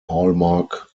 hallmark